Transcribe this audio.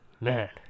Man